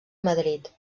madrid